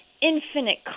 Infinite